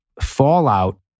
fallout